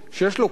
שיש לו קניין,